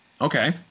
okay